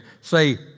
say